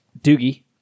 Doogie